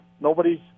nobody's